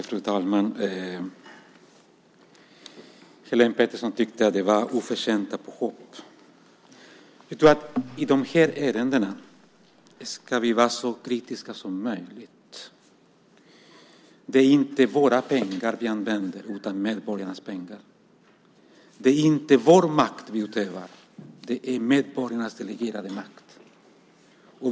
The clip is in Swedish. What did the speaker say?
Fru talman! Helene Petersson tyckte att det var oförtjänta påhopp. Jag tror att vi ska vara så kritiska som möjligt i de här ärendena. Det är inte våra pengar vi använder utan medborgarnas pengar. Det är inte vår makt vi utövar, utan det är medborgarnas delegerade makt.